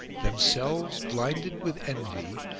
themselves blinded with envy,